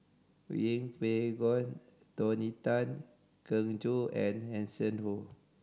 Yeng Pway Ngon Tony Tan Keng Joo and Hanson Ho